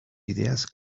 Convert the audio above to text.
ideas